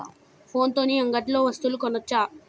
ఫోన్ల తోని అంగట్లో వస్తువులు కొనచ్చా?